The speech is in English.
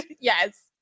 yes